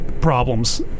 problems